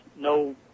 no